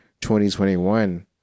2021